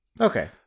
Okay